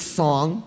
song